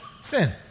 sin